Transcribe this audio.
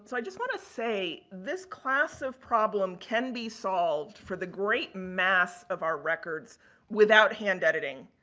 so i just want to say this class of problem can be solved for the great mass of our records without hand editing.